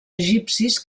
egipcis